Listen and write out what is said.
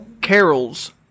carols